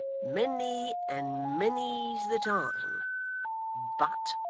many and many's the time but'